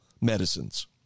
medicines